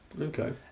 Okay